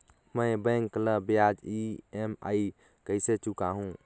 मैं बैंक ला ब्याज ई.एम.आई कइसे चुकाहू?